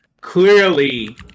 clearly